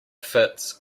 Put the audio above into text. fits